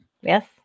yes